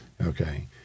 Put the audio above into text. Okay